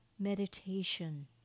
Meditation